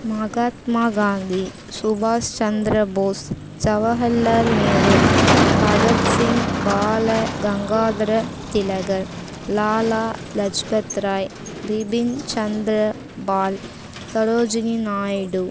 மகாத்மா காந்தி சுபாஷ் சந்திர போஸ் ஜவஹர்லால் நேரு பகத் சிங் பாலகங்காதர திலகர் லாலா லஜ்பத் ராய் பிபின் சந்திர பால் சரோஜினி நாயுடு